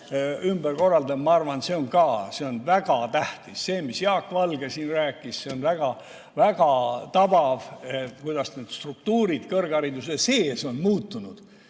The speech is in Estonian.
ümberkorraldamisest. Ma arvan, et see on ka väga tähtis. See, mis Jaak Valge siin rääkis, see on väga tabav, kuidas need struktuurid kõrghariduse sees on muutunud.